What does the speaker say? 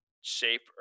shape